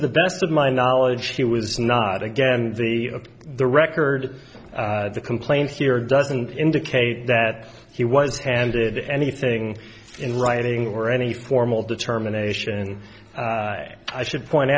the best of my knowledge he was not again the the record of the complaint here doesn't indicate that he was handed anything in writing or any formal determination and i should point